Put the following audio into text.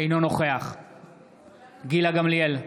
אינו נוכח גילה גמליאל,